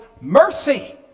mercy